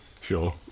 Sure